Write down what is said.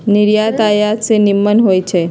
निर्यात आयात से निम्मन होइ छइ